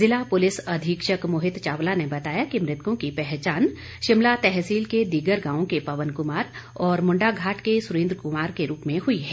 जिला पुलिस अधीक्षक मोहित चावला ने बताया कि मृतकों की पहचान शिमला तहसील के दिगर गांव के पवन कुमार और मुंडाघाट के सुरेंद्र कुमार के रूप में हुई है